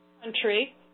country